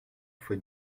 fois